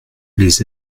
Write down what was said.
les